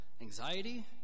anxiety